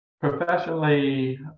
Professionally